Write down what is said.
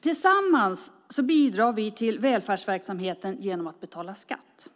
Tillsammans bidrar vi till välfärdsverksamheten genom att betala skatt.